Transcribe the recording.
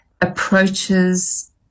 approaches